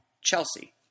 Chelsea